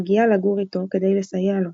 מגיעה לגור איתו כדי לסייע לו.